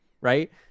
right